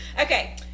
Okay